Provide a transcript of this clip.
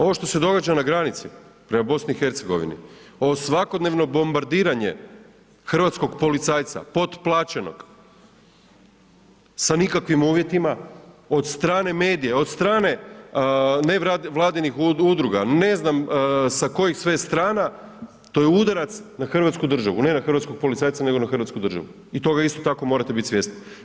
Ovo što se događa na granici prema BIH, ovo svakodnevno bombardiranje hrvatskog policajca, potplaćenog, sa nikakvim uvjetima, od strane medija, od strane nevladinih udruga, ne znam, kojih sve strana, to je udarac na Hrvatsku državu, ne na hrvatskog policajca nego na Hrvatsku državu i toga isto tako morate biti svjesni.